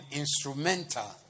instrumental